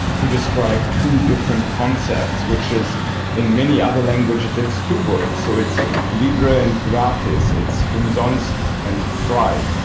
to describe two different concepts, which is in many other languages it's two words. so it's libra and gratis. it's umsonst and frei.